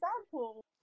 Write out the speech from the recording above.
example